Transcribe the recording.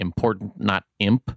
importantnotimp